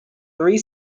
three